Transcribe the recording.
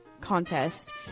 contest